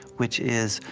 which is,